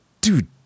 dude